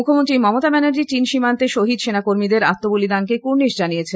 মুখ্যমন্ত্রী মমতা ব্যানার্জি চীন সীমান্তে শহীদ সেনাকর্মীদের আত্মবলীদানকে কুর্নিশ জানিয়েছেন